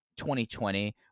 2020